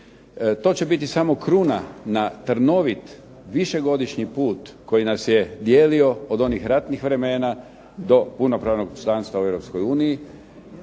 To će biti samo kruna na trnovit, višegodišnji put koji nas je dijelio od onih ratnih vremena do punopravnog članstva u